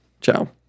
Ciao